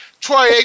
Troy